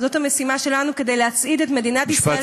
שלנו כדי להצעיד את מדינת ישראל קדימה,